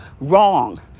wrong